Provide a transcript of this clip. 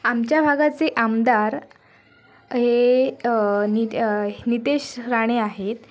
आमच्या भागाचे आमदार हे नित नितेश राणे आहेत